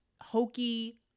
hokey